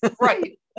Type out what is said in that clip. Right